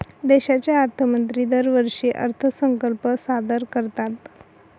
देशाचे अर्थमंत्री दरवर्षी अर्थसंकल्प सादर करतात